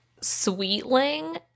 sweetling